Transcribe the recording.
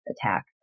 attack